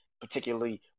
particularly